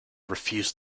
refused